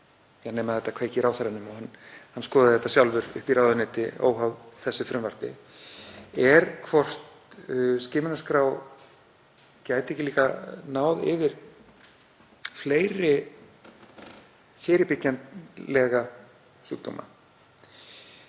nema þetta kveiki í ráðherranum og hann skoði þetta sjálfur uppi í ráðuneyti óháð þessu frumvarpi, er hvort skimunarskrá gæti ekki líka náð yfir fleiri fyrirbyggjanlega sjúkdóma.